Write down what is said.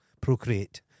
Procreate